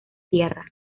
tierra